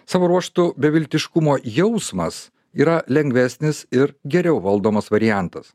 savo ruožtu beviltiškumo jausmas yra lengvesnis ir geriau valdomas variantas